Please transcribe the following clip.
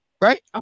right